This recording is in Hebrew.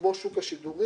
כמו שוק השידורים,